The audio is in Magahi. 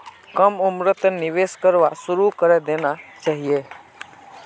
कम उम्रतें निवेश करवा शुरू करे देना चहिए